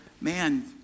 man